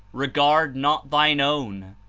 regard not thine own,